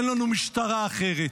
אין לנו משטרה אחרת.